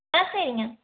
ஆ சரிங்க